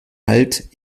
halt